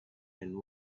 and